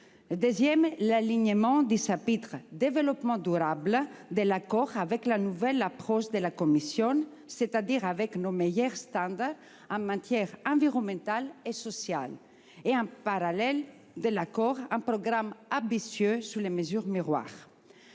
de l'accord relatifs au développement durable avec la nouvelle approche de la Commission, c'est-à-dire avec nos meilleurs standards en matière environnementale et sociale ; et, en parallèle de l'accord, un programme ambitieux sur les mesures miroirs.